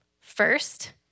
first